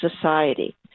society